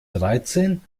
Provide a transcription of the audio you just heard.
dreizehn